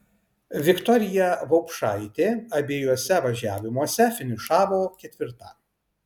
viktorija vaupšaitė abiejuose važiavimuose finišavo ketvirta